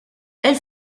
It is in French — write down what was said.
elle